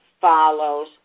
follows